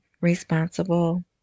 responsible